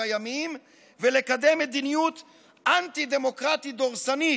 קיימים ולקדם מדיניות אנטי-דמוקרטית דורסנית.